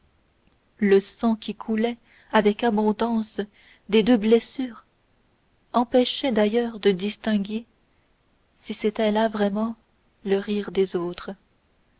le sang qui coulait avec abondance des deux blessures empêchait d'ailleurs de distinguer si c'était là vraiment le rire des autres